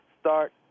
start